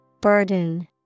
Burden